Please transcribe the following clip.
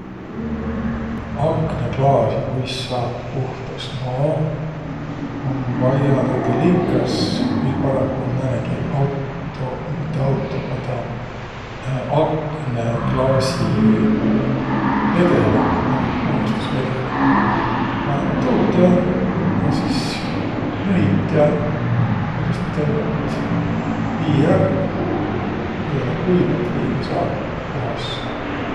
Aknõklaasi kuis saat puhtas? Nooh, om vaia tetäq likõs. Viil parõmb, ku um määnegi auto, no mitte auto, aga taa aknõklaasivedelik, määnegi puhastusvedelik. Panõt tuud ja, ja sis nühit ja peräst tõmbat vii ärq, või-ollaq kuivat viil ja saagiq puhas.